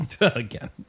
Again